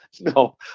No